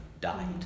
died